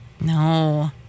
no